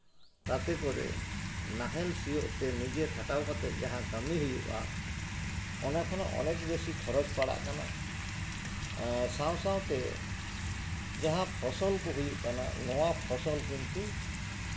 ᱛᱟᱛᱮ ᱠᱚᱨᱮ ᱱᱟᱦᱮᱞ ᱥᱤᱭᱳᱜ ᱛᱮ ᱱᱤᱡᱮ ᱠᱷᱟᱴᱟᱣ ᱠᱟᱛᱮᱫ ᱡᱟᱦᱟᱸ ᱠᱟᱹᱢᱤ ᱦᱩᱭᱩᱜᱼᱟ ᱚᱱᱟ ᱠᱷᱚᱱᱟᱜ ᱚᱱᱮᱠ ᱵᱤᱥᱤ ᱠᱷᱚᱨᱚᱪ ᱯᱟᱲᱟᱜ ᱠᱟᱱᱟ ᱥᱟᱶᱼᱥᱟᱶᱛᱮ ᱡᱟᱦᱟᱸ ᱯᱷᱚᱥᱚᱞ ᱠᱚ ᱦᱩᱭᱩᱜ ᱠᱟᱱᱟ ᱱᱚᱣᱟ ᱱᱚᱣᱟ ᱯᱷᱚᱥᱚᱞ ᱠᱤᱱᱛᱩ